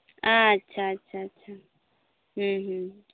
ᱟᱪᱪᱷᱟ ᱟᱪᱪᱷᱟ ᱟᱪᱪᱷᱟ